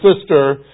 sister